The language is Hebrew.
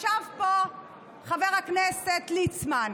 ישב פה חבר הכנסת ליצמן,